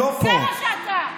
לא פה.